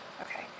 Okay